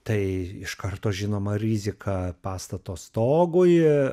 tai iš karto žinoma rizika pastato stogui